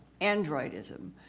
androidism